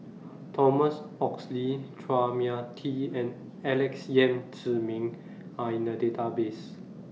Thomas Oxley Chua Mia Tee and Alex Yam Ziming Are in The Database